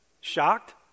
Shocked